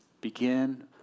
begin